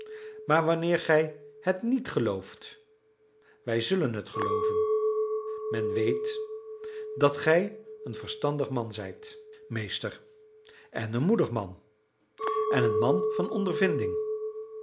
maar wanneer gij het niet gelooft wij zullen het gelooven men weet dat gij een verstandig man zijt meester en een moedig man en een man van ondervinding